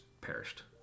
perished